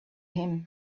him